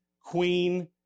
queen